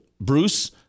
Bruce